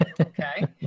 Okay